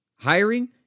Hiring